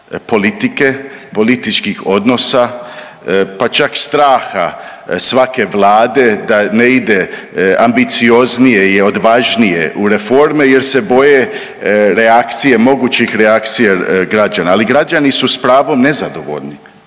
politike, političkih odnosa, pa čak straha svake Vlade da ne ide ambicioznije i odvažnije u reforme jer se boje reakcije mogućih reakcije građana. Ali građani su s pravom nezadovoljni,